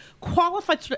qualified